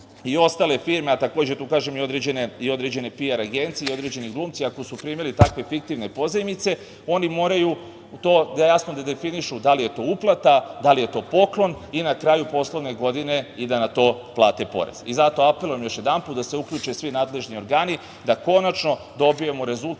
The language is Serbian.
i ostale firme, a takođe da ukažem i određene PR agencije i određeni glumci, ako su primili takve fiktivne pozajmice oni moraju to jasno definišu da li je to uplata, da li je to poklon i na kraju poslovne godine i da na to plate porez. Zato apelujem još jednom da se uključe svi nadležni organi da konačno dobijemo rezultat